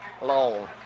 long